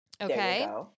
Okay